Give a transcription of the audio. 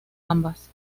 ambas